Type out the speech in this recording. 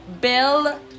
Bill